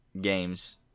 games